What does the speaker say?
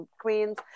Queens